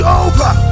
over